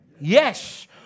Yes